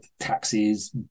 Taxes